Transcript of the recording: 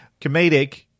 Comedic